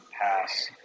pass